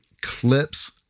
clips